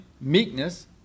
meekness